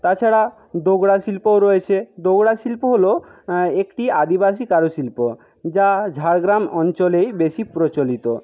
তাছাড়া ডোকরা শিল্পও রয়েছে ডোকরা শিল্প হলো একটি আদিবাসী কারুশিল্প যা ঝাড়গ্রাম অঞ্চলেই বেশি প্রচলিত